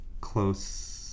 close